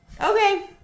Okay